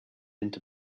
into